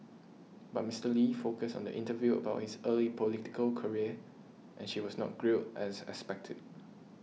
but Mister Lee focused on the interview about his early political career and she was not grilled as expected